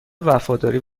وفاداری